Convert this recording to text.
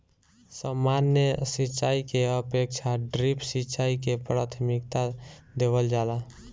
सामान्य सिंचाई के अपेक्षा ड्रिप सिंचाई के प्राथमिकता देवल जाला